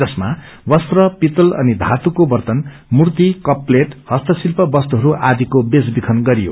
जसमा वस्त्र पित्तल अनि धातुको वर्तन मूर्ति कप प्लेट हस्तशिल्प वस्तुहरू आदिको वेचवित्रान गरियो